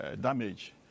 damage